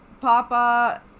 papa